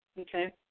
okay